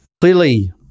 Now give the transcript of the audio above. clearly